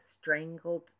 strangled